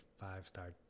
five-star